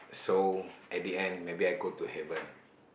so at the end maybe I go to heaven